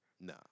No